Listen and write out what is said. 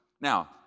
Now